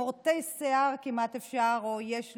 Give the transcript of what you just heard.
מורטי שיער כמעט, אפשר או יש לומר,